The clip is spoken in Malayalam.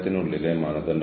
സുസ്ഥിര എച്ച്ആർഎം